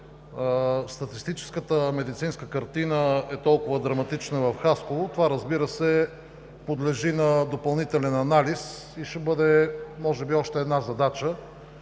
статистическата медицинска картина е толкова драматична в Хасково. Това, разбира се, подлежи на допълнителен анализ и ще бъде може би още една задача.